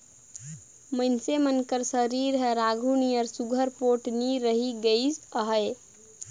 मइनसे मन कर सरीर हर आघु नियर सुग्घर पोठ नी रहि गइस अहे